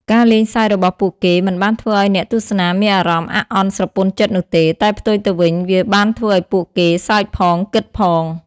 ការលេងសើចរបស់ពួកគេមិនបានធ្វើឲ្យអ្នកទស្សនាមានអារម្មណ៍អាក់អន់ស្រពន់ចិត្តនោះទេ តែផ្ទុយទៅវិញ វាបានធ្វើឲ្យពួកគេសើចផង គិតផង។